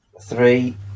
three